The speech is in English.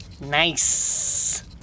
Nice